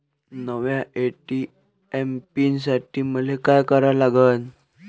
नव्या ATM pin साठी मले का करा लागन?